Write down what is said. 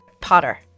Potter